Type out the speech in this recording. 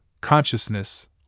consciousness